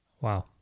Wow